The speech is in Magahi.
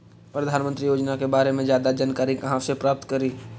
प्रधानमंत्री योजना के बारे में जादा जानकारी कहा से प्राप्त करे?